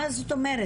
מה זאת אומרת?